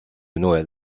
noël